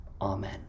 Amen